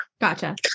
Gotcha